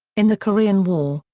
in the korean war,